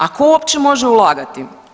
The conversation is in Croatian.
A tko uopće može ulagati?